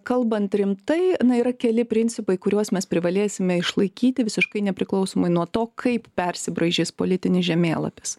kalbant rimtai na yra keli principai kuriuos mes privalėsime išlaikyti visiškai nepriklausomai nuo to kaip persibraižys politinis žemėlapis